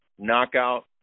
Knockout